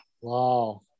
Wow